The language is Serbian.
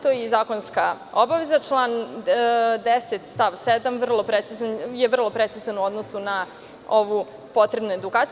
To je i zakonska obaveza, član 10. stav 7. je vrlo precizan u odnosu na ovu potrebnu edukaciju.